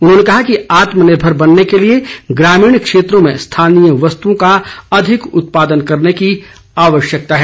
उन्होंने कहा कि आत्मनिर्भर बनने के लिए ग्रामीण क्षेत्रों में स्थानीय वस्तुओं का अधिक उत्पादन करने की आवश्यकता है